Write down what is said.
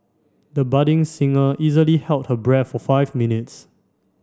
the budding singer easily held her breath for five minutes